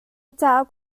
cauk